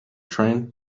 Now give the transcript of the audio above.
train